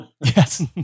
Yes